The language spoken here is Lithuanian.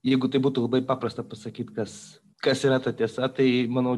jeigu tai būtų labai paprasta pasakyt kas kas yra ta tiesa tai manau